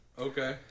Okay